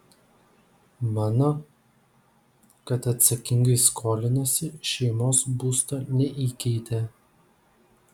mano kad atsakingai skolinosi šeimos būsto neįkeitė